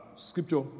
Scripture